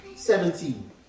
Seventeen